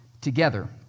together